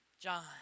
John